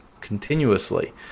continuously